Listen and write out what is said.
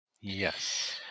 Yes